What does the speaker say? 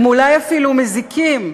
הם אולי אפילו מזיקים.